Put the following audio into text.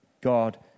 God